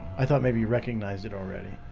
i thought maybe you recognize it already